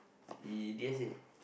he didn't say